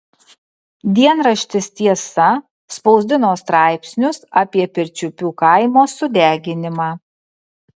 dienraštis tiesa spausdino straipsnius apie pirčiupių kaimo sudeginimą